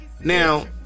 Now